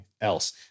else